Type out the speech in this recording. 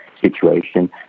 situation